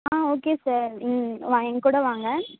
ஆ okay sir hmm வா என்கூட வாங்க